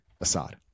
Assad